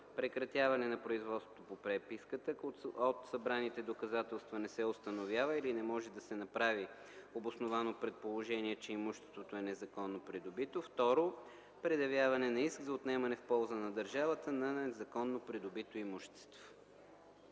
прекратяване на производството по преписката, ако от събраните доказателства не се установява или не може да се направи обосновано предположение, че имуществото е незаконно придобито; 2. предявяване на иск за отнемане в полза на държавата на незаконно придобито имущество.”